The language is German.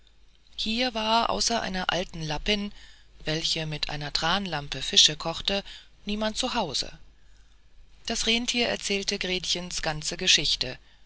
hier war außer einer alten lappin welche bei einer thranlampe fische kochte niemand zu hause das renntier erzählte gretchens ganze geschichte